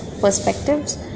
Perspectives